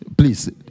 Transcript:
Please